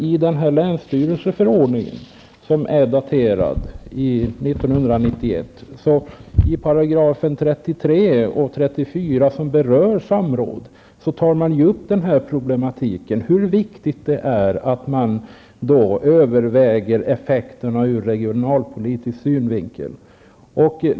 I länsstyrelseförordningen från 1991 tas det här problemet upp i §§ 33 och 34 som berör samråd. Det sägs där hur viktigt det är att man överväger effekterna ur regionalpolitisk synvinkel.